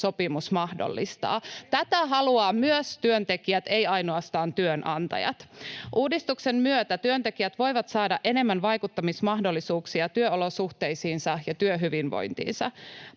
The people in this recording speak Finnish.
työehtosopimus mahdollistaa. Tätä haluavat myös työntekijät, eivät ainoastaan työnantajat. Uudistuksen myötä työntekijät voivat saada enemmän vaikuttamismahdollisuuksia työolosuhteisiinsa ja työhyvinvointiinsa.